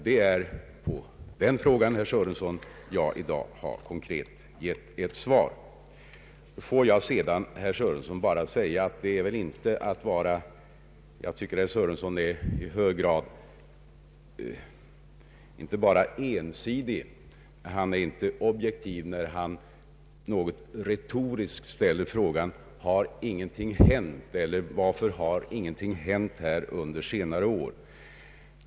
Det är den frågan, herr Sörenson, som jag i dag har lämnat ett konkret svar på. Låt mig sedan, herr Sörenson, bara säga att jag tycker att herr Sörenson är ensidig. Han är inte heller helt objektiv, när han något retoriskt ställer frågan: Varför har ingenting hänt här under senare år?